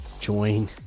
join